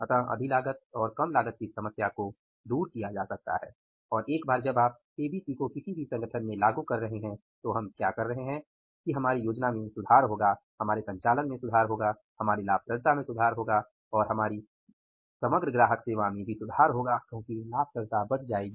अतः अधिलागत और कम लागत की समस्या को दूर किया जा सकता है और एक बार जब आप एबीसी को किसी भी संगठन में लागू कर रहे हैं तो हम क्या कर रहे हैं कि हमारी योजना में सुधार होगा हमारे संचालन में सुधार होगा हमारी लाभप्रदता में सुधार होगा और हमारी समग्र ग्राहक सेवा में सुधार होगा क्योंकि लाभप्रदता बढ़ जाएगी